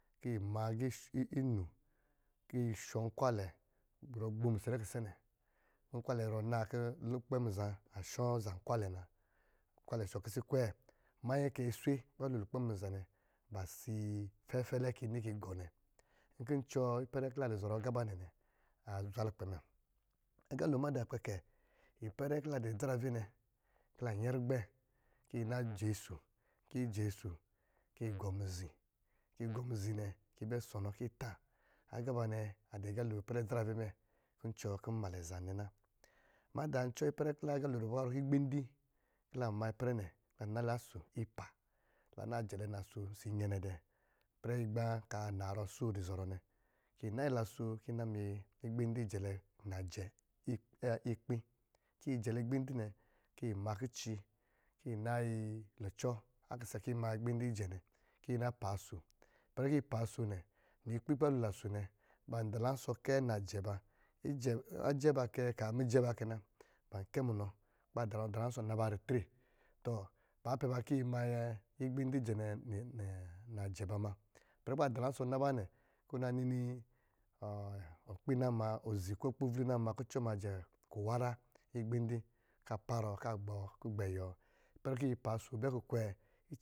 Kɔ̄ yi ma agi-i-inu kɔ̄ yi shɔ̄ nkwalɛ zɔrɔ ghbo misɛlɛ a kisɛ nɛ kɔ̄ nkwalɛ a zɔrɔ naa kɔ̄ lukpɛ a muzā a shɔ̄ za nkwalɛ na, nkwalɛ a shɔ̄ kisi kwɛɛ mannyi kɔ̄ aswe kɔ̄ ba lo lukpɛ amuzā nɛ basi fɛfɛlɛ kɔ̄ yi ni kɛ yi gɔ nɛ, nkɔ̄ n cuwɔ ipɛrɛ kɔ̄ la dɔ̄ zɔrɔ agā ba nɛ nɛ azwa lukpɛ mɛ agalo madā kpɛ kɛ ipɛrɛ kɔ ladɔ̄ adzarave nɛ kɔ̄ la nyɛrubɛ̄ kɔ̄ yi ji aso, kɔ̄ yi na ji aso kɛ yi gɔ amuzi yi gɔ amuzhi nɛ kɔ̄ yi bɛ sɔnɔ kɔ̄ yi tā. Agā ba nɛ adɔ̄ agalo ipɛrɛ idzarave mɛ kɔ̄ n cuwɔ kɔ̄ mnmalɛ azam nɛ na, madā ncuwɔ kɔ̄ agalo dɔ̄ kɔ̄ ba rɔɔ kɛ la nala aso ipa kɔ̄ la nala aso ɔsɔ̄ inyɛnɛ dɛ̄ ipɛrɛ igbā kaa anaarɔ, asoo dɔ̄ zɔrɔ nɛ, kɔ̄ yi nayi naso kɔ̄ yi ma ma igbindi jɛlɛ najɛ ikpi, kɔ̄ yi jɛlɛ igbindi kɔ̄ yi ma kici kɔ̄ yi jɛlɛ igbindi kɔ̄ yi ma kici kɔ̄ yi nayi lucɔ kɔ̄ yi ma igbindi jɛnɛ kɔ̄ yi na pa aso ipɛrɛ kɔ̄ yi pa aso nɛ, ni ikpi kɔ̄ ba lo naso nɛ, ban dalansɔ̄ kɛ najɛ ba, ijɛ ajɛ ba kɛ kaa mijɛ̄ ba kɛ na, ban kɛ munɔ kɔ̄ ba zɔrɔ dalansɔ̄ naba ritre, ba pɔ̄ ba kɔ̄ yi ma igbindi jɛlɛ najɛba muna ipɛrɛ kɔ̄ ba dalansɔ̄ na ba nɛ okpi nama ozi ko kpi vlu na ma kucɔ majɛ niwara igbindi kɔ̄ a parɔ, kɔ̄ agbɛ kugbɛ yuwɔ ipɛrɛ kɔ̄ yi paaso bɛ kukwɛɛ.